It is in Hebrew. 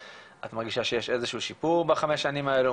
את מרגישה שיש איזשהו שיפור בחמש השנים האלו,